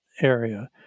area